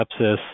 sepsis